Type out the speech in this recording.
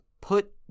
put